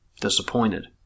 disappointed